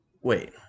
Wait